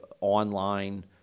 online